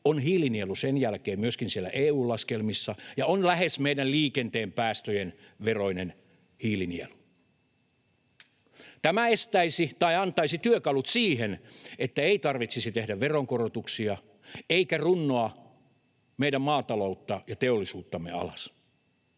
on hiilinielu sen jälkeen myöskin siellä EU-laskelmissa ja on lähes meidän liikenteen päästöjen veroinen hiilinielu. Tämä antaisi työkalut siihen, että ei tarvitsisi tehdä veronkorotuksia eikä runnoa meidän maatalouttamme ja teollisuuttamme alas.